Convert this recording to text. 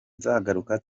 nzagaruka